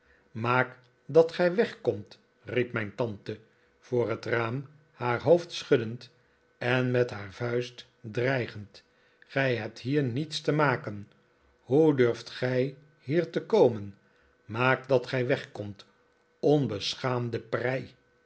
maakt dat gij wegkomt riep mijn tante voor het raam haar hoof d schuddend en met haar vuist dreigend gij hebt hier niets te maken hoe durft gij hier te komen maak dat gij wegkomt onbeschaamde